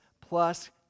plus